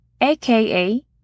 aka